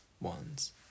ones